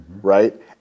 right